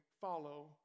follow